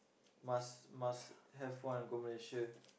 must must have one go Malaysia